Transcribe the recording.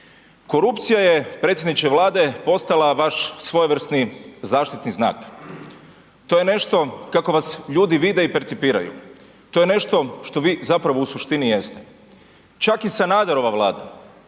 Korupcija je predsjedniče Vlade postala vaš svojevrsni zaštitni znak. To je nešto kako vas ljudi vide i percipiraju, to je nešto što vi zapravo u suštini jeste. Čak i Sanaderova Vlada